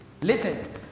Listen